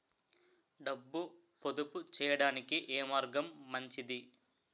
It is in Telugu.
డబ్బు పొదుపు చేయటానికి ఏ మార్గం మంచిది?